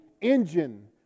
engine